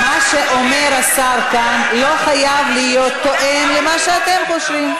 מה שאומר השר כאן לא חייב להיות תואם למה שאתם חושבים.